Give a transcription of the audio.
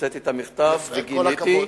הוצאתי את המכתב וגיניתי.